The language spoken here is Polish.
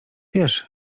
wiesz